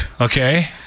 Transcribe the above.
Okay